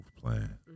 plan